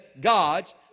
God's